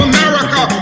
America